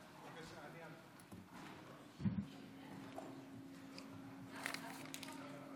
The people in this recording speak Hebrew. אני מתכבד להביא לאישור מליאת הכנסת לקריאה ראשונה את